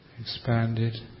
expanded